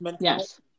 Yes